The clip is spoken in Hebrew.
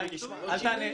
גיא, אל תענה.